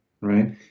right